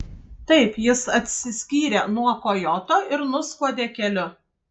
taip jis atsiskyrė nuo kojoto ir nuskuodė keliu